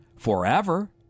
forever